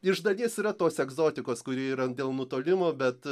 iš dalies yra tos egzotikos kuri yra dėl nutolimo bet